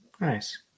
Nice